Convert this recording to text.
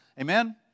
Amen